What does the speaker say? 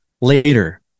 later